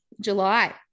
July